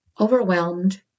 overwhelmed